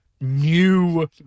new